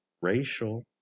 racial